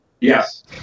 yes